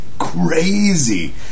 Crazy